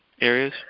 areas